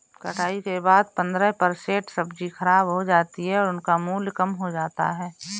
कटाई के बाद पंद्रह परसेंट सब्जी खराब हो जाती है और उनका मूल्य कम हो जाता है